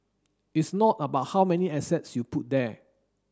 it's not about how many assets you put there